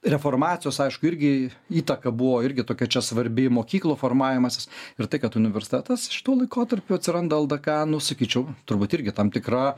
reformacijos aišku irgi įtaka buvo irgi tokia čia svarbi mokyklų formavimasis ir tai kad universitetas šituo laikotarpiu atsiranda ldk nu sakyčiau turbūt irgi tam tikra